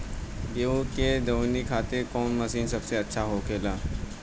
गेहु के दऊनी खातिर कौन मशीन सबसे अच्छा होखेला?